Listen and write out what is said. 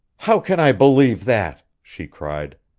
how can i believe that? she cried.